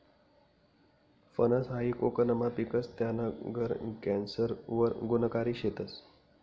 फनस हायी कोकनमा पिकस, त्याना गर कॅन्सर वर गुनकारी शेतस